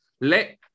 let